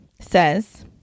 says